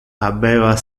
habeva